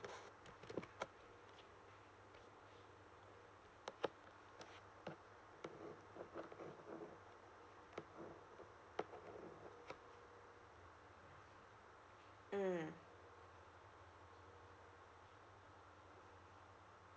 mm